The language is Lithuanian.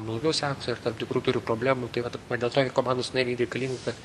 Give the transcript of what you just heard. blogiau sekasi ar tam tikrų turi problemų tai vat va dėl to ir komandos nariai reikalingi kad